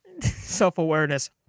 Self-awareness